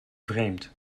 vreemd